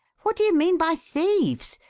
what do you mean by thieves?